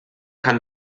kann